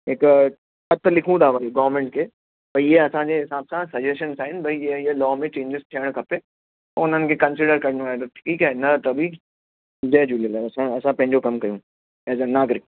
हिकु ख़तु लिखूं था वरी गवर्नमेंट खे बई हीअ असांजे हिसाबु सां सजैशन साईं बई इएं इएं लॉ में चेंजिस थियणु खपे हुननि खे कंसिडर करिणो आहे त ठीकु आहे न त बि जय झूलेलाल असां असां पंहिंजो कमु कयूं एज़ अ नागरिक